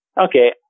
okay